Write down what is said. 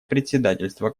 председательства